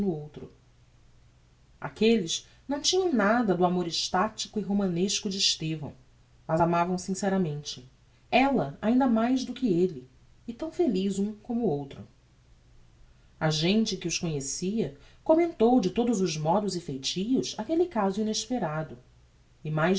outro aquelles não tinham nada do amor extatico e romanesco de estevão mas amavam sinceramente ella ainda mais do que elle e tão feliz um como outro a gente que os conhecia commentou de todos os modos e feitios aquelle caso inesperado e a mais